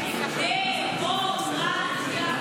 ד-מוק-רט-יה.